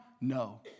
No